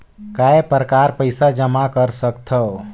काय प्रकार पईसा जमा कर सकथव?